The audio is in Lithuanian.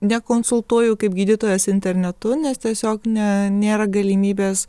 nekonsultuoju kaip gydytojas internetu nes tiesiog ne nėra galimybės